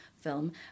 film